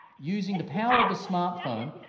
using the power of the smartphone,